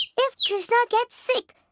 if krishna gets sick.